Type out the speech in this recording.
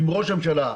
אם ראש הממשלה,